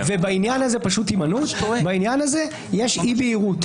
בעניין הזה יש אי-בהירות.